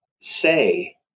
say